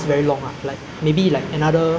ya extinct ah or like endangered